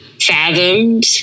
fathomed